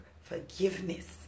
forgiveness